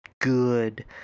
good